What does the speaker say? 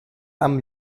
amb